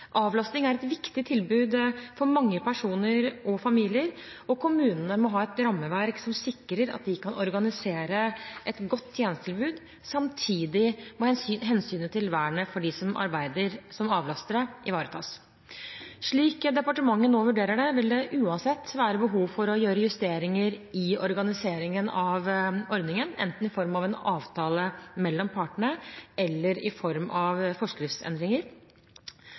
er et viktig tilbud for mange personer og familier, og kommunene må ha et rammeverk som sikrer at de kan organisere et godt tjenestetilbud. Samtidig må hensynet til vernet for dem som arbeider som avlastere, ivaretas. Slik departementet nå vurderer det, vil det uansett være behov for å gjøre justeringer i organiseringen av ordningen, enten i form av en avtale mellom partene eller i form av forskriftsendringer.